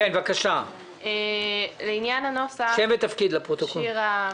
לעניין הנוסח הנוכחי,